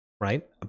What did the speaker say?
right